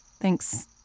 Thanks